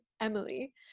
Emily